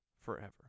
forever